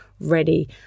ready